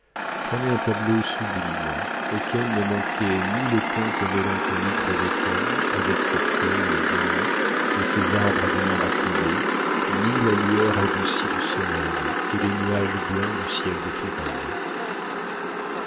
formaient un tableau sublime auquel ne manquaient ni les pompes mélancoliques de l'automne avec ses feuilles jaunies et ses arbres à demi dépouillés ni la lueur adoucie du soleil et les nuages blancs du ciel de touraine